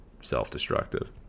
self-destructive